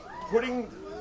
putting